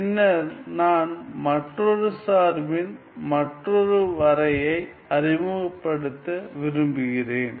பின்னர் நான் மற்றொரு சார்பின் மற்றொரு வரையறையை அறிமுகப்படுத்த விரும்புகிறேன்